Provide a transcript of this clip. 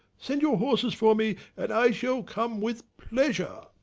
send your horses for me and i shall come with pleasure.